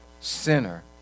sinner